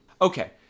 Okay